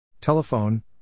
Telephone